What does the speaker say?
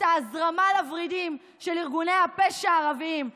את ההזרמה לוורידים של ארגוני הפשע הערביים.